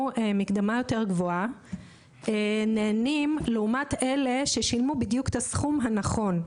מקדמה יותר גבוהה נהנים לעומת אלה ששילמו בדיוק את הסכום הנכון.